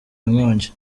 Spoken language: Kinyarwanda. inkongi